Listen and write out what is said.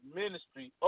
ministry